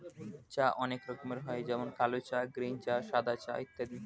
চা অনেক রকমের হয় যেমন কালো চা, গ্রীন চা, সাদা চা ইত্যাদি